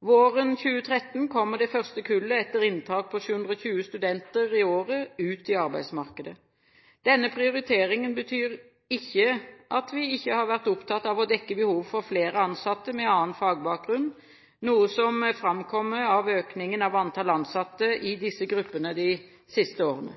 Våren 2013 kommer det første kullet etter inntak på 720 studenter i året ut i arbeidsmarkedet. Denne prioriteringen betyr ikke at vi ikke har vært opptatt av å dekke behovet for flere ansatte med annen fagbakgrunn, noe som framkommer av økningen av antall ansatte i disse gruppene de siste årene.